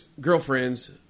girlfriends